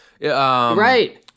Right